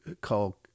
call